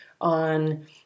on